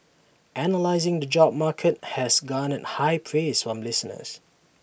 analysing the job market has garnered high praise from listeners